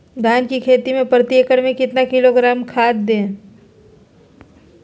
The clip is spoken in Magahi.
धान की खेती में प्रति एकड़ में कितना किलोग्राम खाद दे?